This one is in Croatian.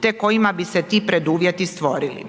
te kojima bi se ti preduvjeti stvorili.